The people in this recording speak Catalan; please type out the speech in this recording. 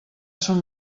son